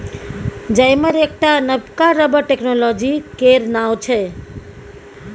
जाइमर एकटा नबका रबर टेक्नोलॉजी केर नाओ छै